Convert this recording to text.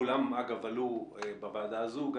כולם, אגב, עלו הוועדה הזו.